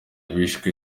bishwe